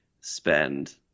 spend